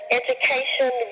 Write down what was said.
education